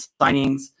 signings